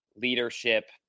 leadership